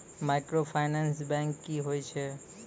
Microfinance bank की होय छै?